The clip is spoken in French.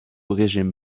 régime